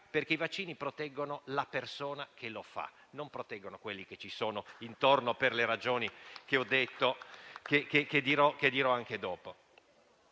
perché i vaccini proteggono la persona che si vaccina, non proteggono quelli che ci sono intorno per le ragioni che ho detto e che dirò anche